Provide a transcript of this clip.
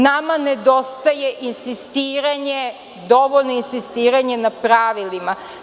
Nama nedostaje insistiranje, dovoljno insistiranje na pravilima.